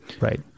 right